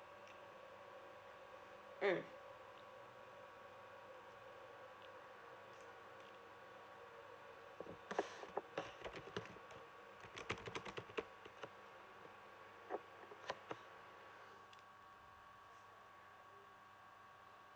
mm